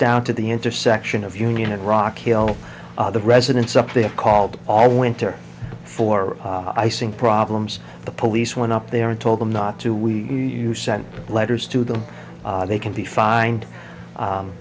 down to the intersection of union and rock hill the residents up there called all winter for icing problems the police went up there and told them not to we use sent letters to them they can be find